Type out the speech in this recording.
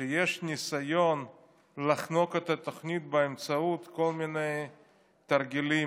שיש ניסיון לחנוק את התוכנית באמצעות כל מיני תרגילים.